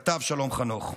כתב שלום חנוך.